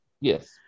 yes